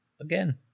again